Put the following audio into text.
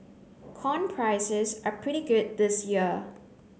corn prices are pretty good this year